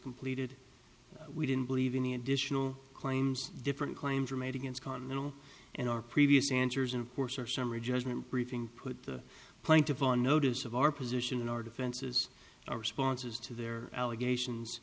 completed we didn't believe any additional claims different claims were made against continental and our previous answers and of course our summary judgment briefing put the plaintiff on notice of our position or defenses responses to their allegations